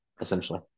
essentially